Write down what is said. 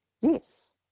Yes